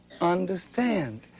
understand